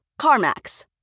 CarMax